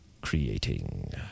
creating